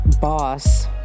boss